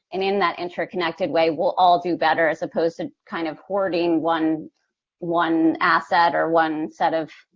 and in that interconnected way, we'll all do better, as opposed to, kind of, hoarding one one asset or one set of